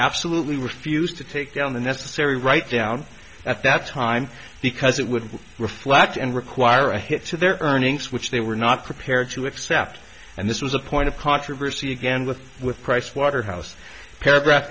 absolutely refused to take down the necessary write down at that time because it would reflect and require a hit to their earnings which they were not prepared to accept and this was a point of controversy again with with pricewaterhouse paragraph